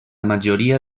majoria